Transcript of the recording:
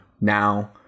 now